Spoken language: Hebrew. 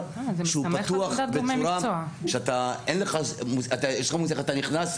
שהוא פתוח בצורה שיש לך מושג איך אתה נכנס,